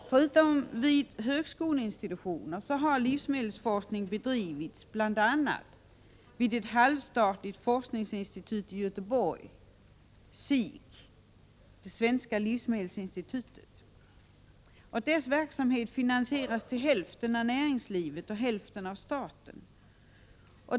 Förutom vid högskoleinstitutioner har livsmedelsforskning bedrivits bl.a. vid ett halvstatligt forskningsinstitut i Göteborg, SIK, svenska livsmedelsinstitutet. Dess verksamhet finansieras till hälften av näringslivet och till hälften av staten.